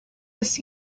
this